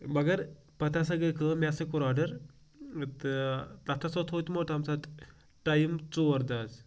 مگر پَتہٕ ہَسا گٔے کٲم مےٚ ہَسا کوٚر آرڈَر تہٕ تَتھ ہَسا تھو تِمو تَمہِ ساتہٕ ٹایِم ژور دۄہ حظ